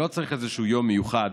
לא צריך יום מיוחד,